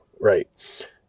right